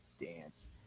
dance